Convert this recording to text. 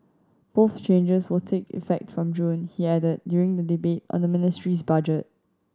both changes will take effect from June he added during the debate on the ministry's budget